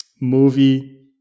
movie